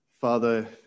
Father